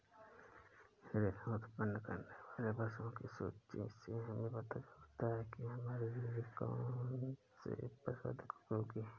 रेशम उत्पन्न करने वाले पशुओं की सूची से हमें पता चलता है कि हमारे लिए कौन से पशु अधिक उपयोगी हैं